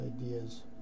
ideas